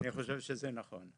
אני חושב שזה נכון.